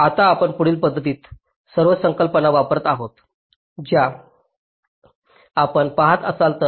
आता आपण पुढील पध्दतीत काही संकल्पना वापरत आहोत ज्या आपण पहात आहात